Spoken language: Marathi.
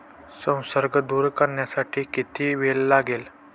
संसर्ग दूर करण्यासाठी किती वेळ लागेल?